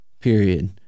Period